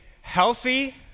healthy